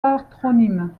patronyme